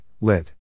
Lit